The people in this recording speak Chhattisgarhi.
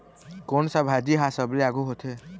कोन सा भाजी हा सबले आघु होथे?